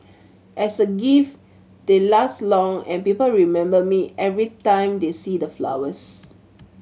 as a gift they last long and people remember me every time they see the flowers